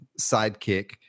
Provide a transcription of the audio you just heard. sidekick